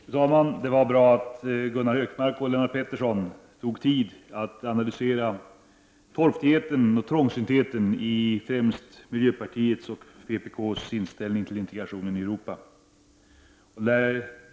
Fru talman! Det var bra att Gunnar Hökmark och Lennart Pettersson tog sig tid att analysera torftigheten och trångsyntheten i framför allt miljöpartiets och vpk-s inställning till integrationen i Europa.